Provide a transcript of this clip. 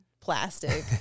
plastic